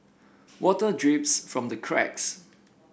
water drips from the cracks